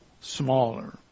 smaller